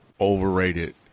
overrated